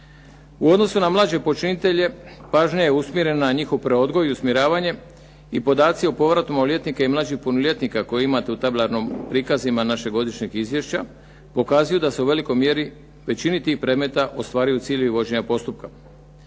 U odnosu na mlađe počinitelje pažnja je usmjerena na njihov preodgoj i usmjeravanje i podaci o povratu maloljetnika i mlađih punoljetnika koje imate u tabelarnim prikazima našeg godišnjeg izvješća, pokazuju da se u velikoj mjeri većini tih predmeta ostvaruju ciljevi vođenja postupka.